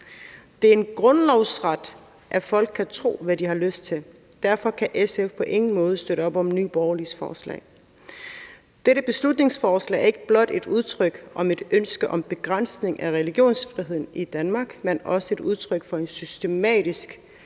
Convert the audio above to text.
Det er en grundlovssikret ret, at folk kan tro, hvad de har lyst til. Derfor kan SF på ingen måde støtte op om Nye Borgerliges forslag. Dette beslutningsforslag er ikke blot et udtryk for et ønske om begrænsning af religionsfriheden i Danmark, men også et udtryk for en systematisk